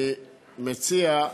אני מציע,